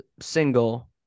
single